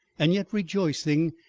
and yet rejoicing,